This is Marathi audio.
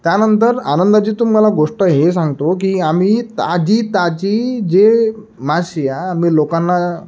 त्यानंतर आनंदाची तुम्हाला मला गोष्ट हे सांगतो की आम्ही ताजी ताजी जे मासे आ आम्ही लोकांना